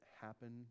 happen